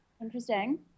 Interesting